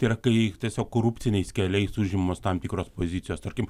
tai yra kai tiesiog korupciniais keliais užimamos tam tikros pozicijos tarkim